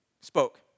Spoke